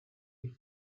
man